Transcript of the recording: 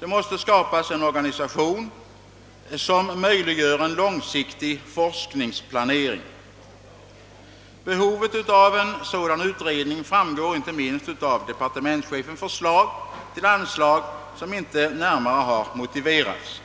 Det måste skapas en organisation som möjliggör en långsiktig forskningsplanering. Behovet av en sådan utredning framgår inte minst av departementschefens förslag till anslag, vilka inte närmare har motiverats.